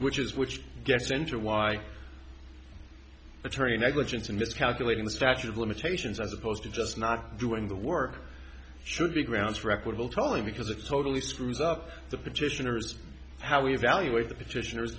which is which gets into why attorney negligence and miscalculating statute of limitations as opposed to just not doing the work should be grounds for equitable trolling because it totally screws up the petitioner's how we evaluate the petitioner